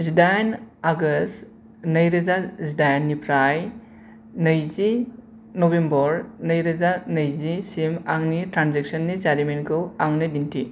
जिदाइन आगष्ट नैरोजा जिदाइननिफ्राय नैजि नबेम्बर नैरोजा नैजिसिम आंनि ट्रेन्जेकशननि जारिमिनखौ आंनो दिन्थि